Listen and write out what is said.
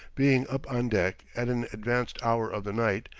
being up on deck, at an advanced hour of the night,